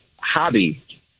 hobby